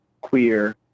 queer